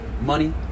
money